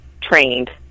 trained